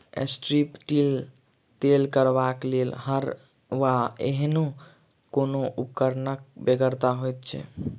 strip till खेती करबाक लेल हर वा एहने कोनो उपकरणक बेगरता होइत छै